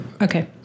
Okay